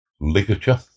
ligature